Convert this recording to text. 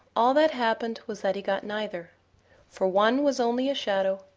all that happened was that he got neither for one was only a shadow,